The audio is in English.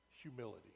humility